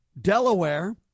Delaware